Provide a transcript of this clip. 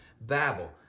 Babel